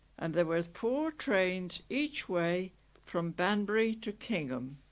and there were four trains each way from banbury to kingham